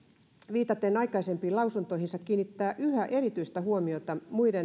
viitaten aikaisempiin lausuntoihinsa kiinnittää yhä erityistä huomiota